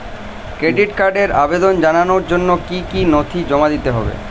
Credit কার্ডের আবেদন জানানোর জন্য কী কী নথি জমা দিতে হবে?